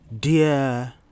Dear